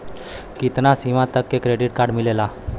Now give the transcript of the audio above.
कितना सीमा तक के क्रेडिट कार्ड मिलेला?